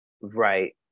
right